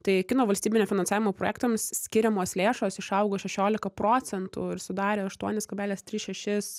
tai kino valstybinio finansavimo projektams skiriamos lėšos išaugo šešiolika procentų ir sudarė aštuonis kablelis tris šešis